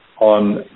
on